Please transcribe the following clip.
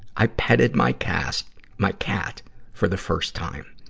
i petted my cat my cat for the first time!